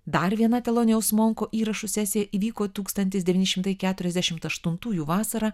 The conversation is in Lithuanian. dar viena telonijaus monko įrašų sesija įvyko tūkstantis devyni šimtai keturiasdešimt aštuntųjų vasarą